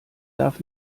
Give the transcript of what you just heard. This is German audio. darf